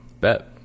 Bet